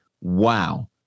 wow